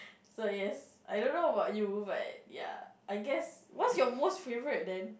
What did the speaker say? so yes I don't know about you but ya I guess what's your most favourite then